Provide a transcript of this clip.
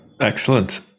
Excellent